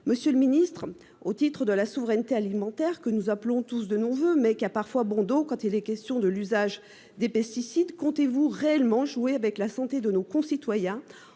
Monsieur le Ministre, au titre de la souveraineté alimentaire que nous appelons tous de nos voeux mais qui a parfois bon dos quand il est question de l'usage des pesticides comptez-vous réellement jouer avec la santé de nos concitoyens.